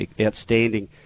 outstanding